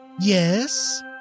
Yes